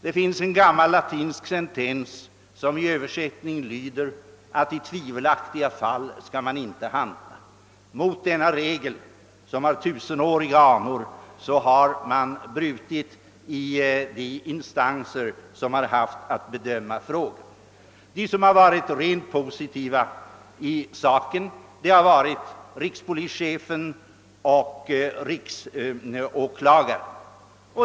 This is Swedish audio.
En gammal latinsk sentens lyder i översättning: I tvivelaktiga fall skall man inte handla. Mot denna regel med tusenåriga anor har man brutit i de instanser som haft att bedöma frågan. De som varit rent positiva i saken är rikspolischefen och riksåklagaren.